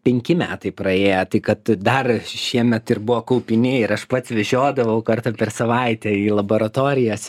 penki metai praėję tai kad dar šiemet ir buvo kupini ir aš pats vežiodavau kartą per savaitę į laboratorijas